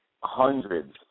hundreds